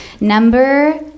Number